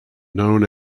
known